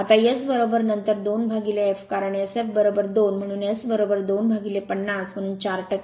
आता S नंतर 2 f कारण Sf 2 म्हणून S 250 म्हणून 4 0